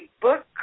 book